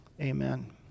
amen